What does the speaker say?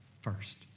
first